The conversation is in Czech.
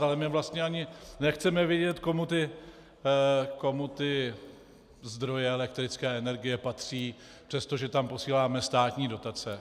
A my vlastně ani nechceme vědět, komu ty zdroje elektrické energie patří, přestože tam posíláme státní dotace.